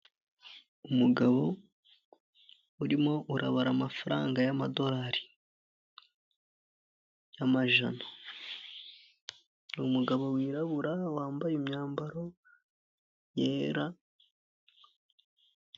Umugabo urimo urabara amafaranga y'amadorari y'amajana, ni umugabo wirabura wambaye imyambaro yera.